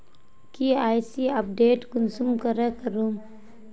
KYC update कुंसम करे करूम?